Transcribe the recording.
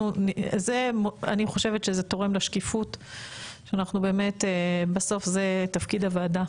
אני חושבת שזה תורם לשקיפות שבאמת בסוף זה תפקיד הוועדה